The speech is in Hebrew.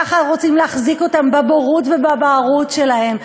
ככה רוצים להחזיק אותם בבורות ובבערות שלהם.